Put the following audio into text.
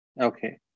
Okay